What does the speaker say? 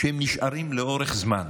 שהם נשארים לאורך זמן